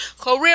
Career